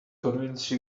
convince